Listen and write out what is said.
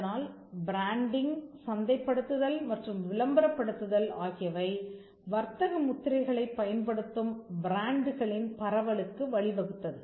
அதனால் பிராண்டிங் சந்தைப்படுத்துதல் மற்றும் விளம்பரப்படுத்துதல் ஆகியவை வர்த்தக முத்திரைகளைப் பயன்படுத்தும் பிராண்டுகளின் பரவலுக்கு வழிவகுத்தது